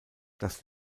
das